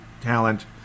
talent